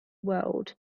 world